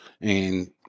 and-